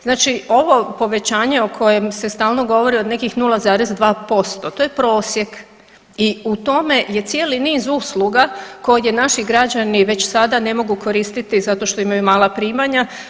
Znači ovo povećanje o kojem se stalno govori od nekih 0,2%, to je prosjek i u tome je cijeli niz usluga koje naši građani već sada ne mogu koristiti zato što imaju mala primanja.